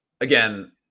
Again